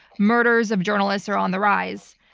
murders of journalists are on the rise.